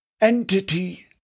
entity